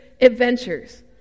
adventures